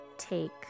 take